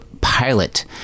pilot